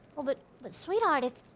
but but sweetheart, it's.